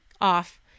off